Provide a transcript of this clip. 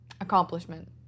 Accomplishment